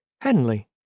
Henley